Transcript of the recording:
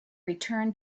return